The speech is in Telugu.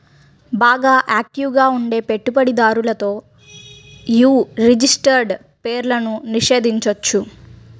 బాగా యాక్టివ్ గా ఉండే పెట్టుబడిదారులతో యీ రిజిస్టర్డ్ షేర్లను నిషేధించొచ్చు